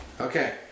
Okay